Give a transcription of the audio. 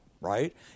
right